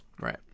Right